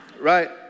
Right